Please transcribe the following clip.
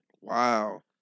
Wow